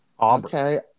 Okay